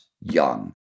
young